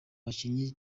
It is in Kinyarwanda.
bakinnyi